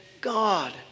God